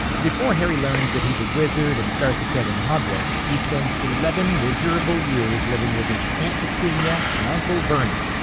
before harry learns that he's a wizard and starts attending hogwarts, he spends eleven miserable years living with his aunt petunia and uncle vernon,